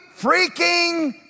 freaking